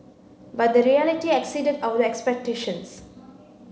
but the reality exceeded our expectations